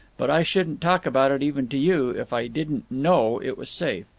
but i shouldn't talk about it, even to you, if i didn't know it was safe.